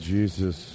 Jesus